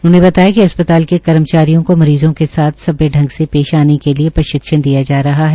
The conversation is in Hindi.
उन्होंने बताया कि अस्पताल के कर्मचारियों को मरीज़ो के साथ सभ्य ांग से पेश आने के लिये प्रशिक्षण दिया जा रहा है